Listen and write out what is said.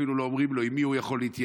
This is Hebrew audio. אפילו לא אומרים לו עם מי הוא יכול להתייעץ.